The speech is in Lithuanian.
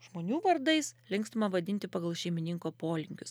žmonių vardais linkstama vadinti pagal šeimininko polinkius